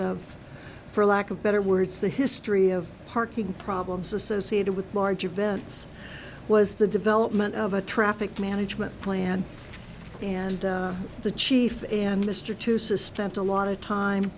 for lack of better words the history of parking problems associated with large events was the development of a traffic management plan and the chief and mr to suspend a lot of time